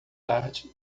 tarde